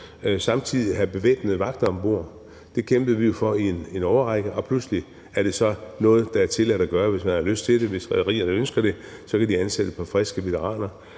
at have bevæbnede vagter om bord. Det kæmpede vi jo for i en årrække, og pludselig er det så noget, der er tilladt at gøre, hvis man har lyst til det. Hvis rederierne ønsker det, kan de ansætte et par friske veteraner